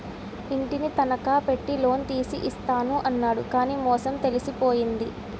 ఇంటిని తనఖా పెట్టి లోన్ తీసి ఇస్తాను అన్నాడు కానీ మోసం తెలిసిపోయింది